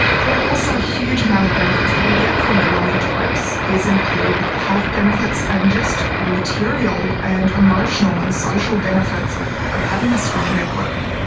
there are also a huge amount of benefits that we get from belonging to groups. these include health benefits and just ah material and emotional and social benefits of having a strong network.